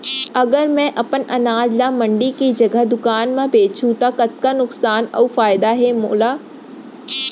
अगर मैं अपन अनाज ला मंडी के जगह दुकान म बेचहूँ त कतका नुकसान अऊ फायदा हे मोला?